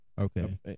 Okay